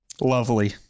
Lovely